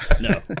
No